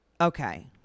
Okay